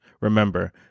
Remember